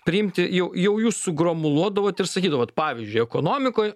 priimti jau jau jūs sugromuluodavot ir sakydavot pavyzdžiui ekonomikoj